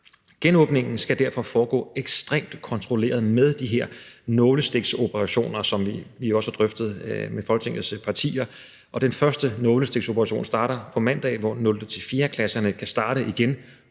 Genåbningen skal derfor foregå ekstremt kontrolleret med de her nålestiksoperationer, som vi jo også har drøftet med Folketingets partier, og den første nålestiksoperation starter på mandag, hvor 0.-4.-klasserne kan starte igen,